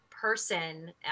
person